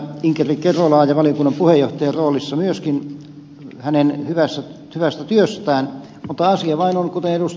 inkeri kerolaa valiokunnan puheenjohtajan roolissa hänen hyvästä työstään mutta asia vain on kuten ed